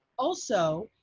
also,